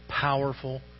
powerful